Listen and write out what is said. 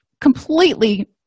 completely